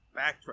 backtrack